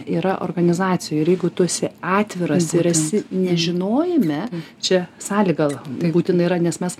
yra organizacijoj ir jeigu tu esi atviras ir esi nežinojime čia sąlygą būtina yra nes mes